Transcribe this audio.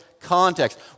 context